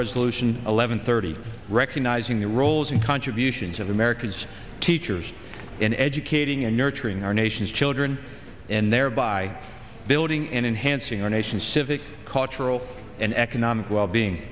resolution eleven thirty recognizing the roles in contributions of america's teachers in educating and nurturing our nation's children and thereby building and enhancing our nation's civic cultural and economic wellbeing